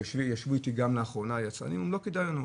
וישבו איתי גם לאחרונה יצרנים ואמרו שלא כדאי להם,